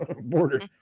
border